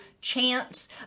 chance